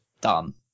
done